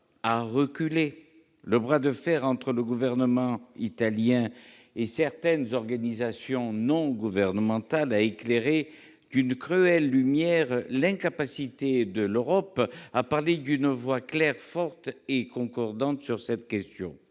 a reculé, le bras de fer entre le gouvernement italien et certaines organisations non gouvernementales a éclairé d'une cruelle lumière l'incapacité de l'Europe à parler d'une voix claire, forte et concordante sur cette question.